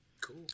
Cool